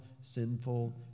sinful